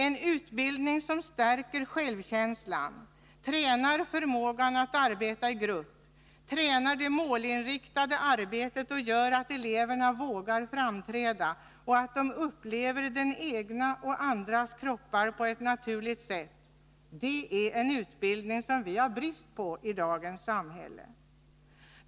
En utbildning som stärker självkänslan, tränar förmågan att arbeta i grupp, tränar det målinriktade arbetet, gör att eleverna vågar framträda och att de upplever den egna kroppen och andras kroppar på ett naturligt sätt, det är en utbildning som vi har brist på i dagens samhälle.